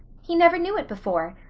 he never knew it before.